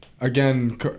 again